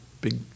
big